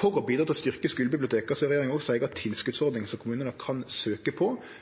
For å bidra til å styrkje skulebiblioteka har regjeringa òg si eiga tilskotsordning som kommunane kan søkje på